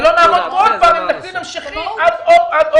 ולא נעמוד פה שוב עם תקציב המשכי עד אוגוסט.